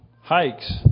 hikes